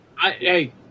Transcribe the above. Hey